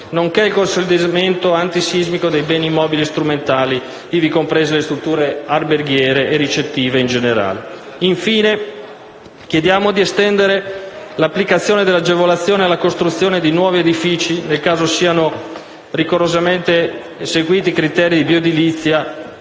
nonché il consolidamento antisismico dei beni immobili strumentali, ivi comprese le strutture alberghiere e ricettive in generale. Infine, chiediamo di estendere l'applicazione dell'agevolazione alla costruzione di nuovi edifici, nel caso siano rigorosamente seguiti i criteri di bioedilizia